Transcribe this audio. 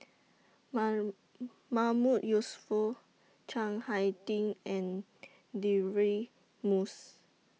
Mahmood Yusof Chiang Hai Ding and Deirdre Moss